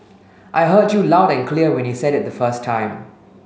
I heard you loud and clear when you said it the first time